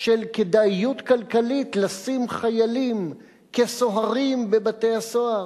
של כדאיות כלכליות לשים חיילים כסוהרים בבתי-הסוהר?